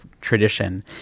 tradition